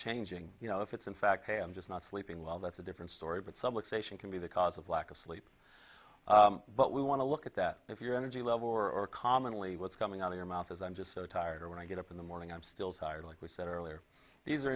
changing you know if it's in fact hey i'm just not sleeping well that's a different story but supplication can be the cause of lack of sleep but we want to look at that if your energy level or commonly what's coming out of your mouth is i'm just so tired or when i get up in the morning i'm still tired like we said earlier these are